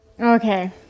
Okay